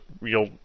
real